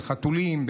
בחתולים,